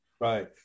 right